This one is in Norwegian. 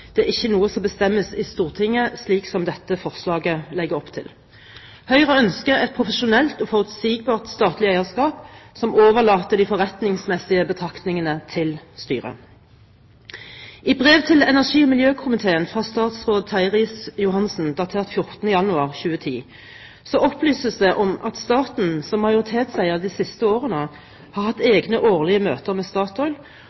det er ikke noe som bestemmes i Stortinget, slik som dette forslaget legger opp til. Høyre ønsker et profesjonelt og forutsigbart statlig eierskap som overlater de forretningsmessige betraktningene til styret. I brev til energi- og miljøkomiteen fra statsråd Terje Riis-Johansen datert 14. januar 2010 opplyses det om at staten som majoritetseier i de siste årene har hatt